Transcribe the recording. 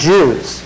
Jews